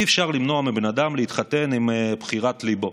אי-אפשר למנוע מבן אדם להתחתן עם בחירת ליבו.